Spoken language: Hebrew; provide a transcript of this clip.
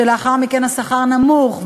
שלאחר מכן השכר נמוך,